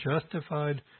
justified